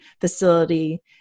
facility